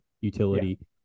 utility